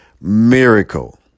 Miracle